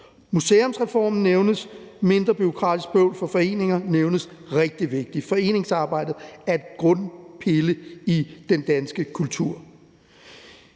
Museumsreformen nævnes, og mindre bureaukratisk bøvl for foreninger nævnes, og det er rigtig vigtigt. Foreningsarbejdet er en grundpille i den danske kultur.